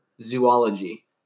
Zoology